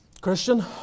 Christian